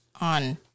on